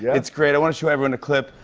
yeah it's great. i want to show everyone a clip.